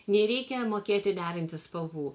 nereikia mokėti derinti spalvų